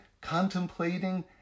contemplating